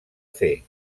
fer